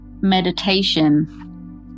meditation